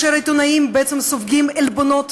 העיתונאים בעצם סופגים עלבונות,